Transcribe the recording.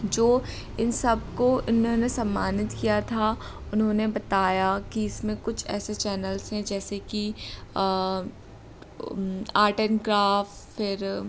जो इन सबको इन्होंने ने सम्मानित किया था उन्होंने बताया कि इसमें कुछ ऐसे चैनल्स हैं जैसे कि आर्ट एंड क्राफ़ फिर